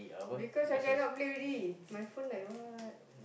because I cannot play already my phone like what